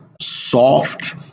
soft